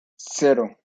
cero